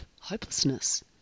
hopelessness